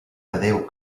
adéu